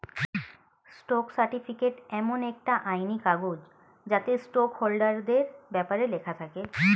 stock certificate এমন একটা আইনি কাগজ যাতে স্টক হোল্ডারদের ব্যপারে লেখা থাকে